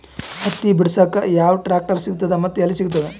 ಹತ್ತಿ ಬಿಡಸಕ್ ಯಾವ ಟ್ರಾಕ್ಟರ್ ಸಿಗತದ ಮತ್ತು ಎಲ್ಲಿ ಸಿಗತದ?